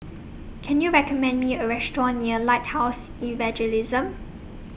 Can YOU recommend Me A Restaurant near Lighthouse Evangelism